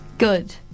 Good